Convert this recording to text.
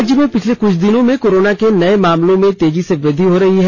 राज्य में पिछले कुछ दिनों में कोरोना के नये मामलों में तेजी से वृद्धि हो रही है